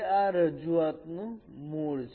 આ રજૂઆત નું મૂળ છે